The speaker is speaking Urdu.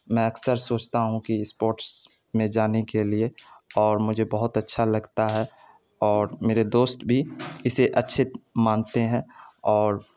میں اکثر سوچتا ہوں کہ اسپورٹس میں جانے کے لیے اور مجھے بہت اچھا لگتا ہے اور میرے دوست بھی اسے اچھے مانتے ہیں اور